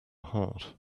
heart